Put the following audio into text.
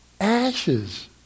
ashes